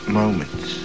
moments